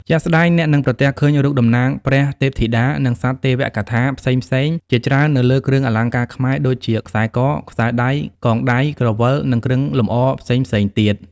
ជាក់ស្ដែង អ្នកនឹងប្រទះឃើញរូបតំណាងព្រះ ទេពធីតា និងសត្វទេវកថាផ្សេងៗជាច្រើននៅលើគ្រឿងអលង្ការខ្មែរ ដូចជាខ្សែក ខ្សែដៃ កងដៃ ក្រវិល និងគ្រឿងលម្អផ្សេងៗទៀត។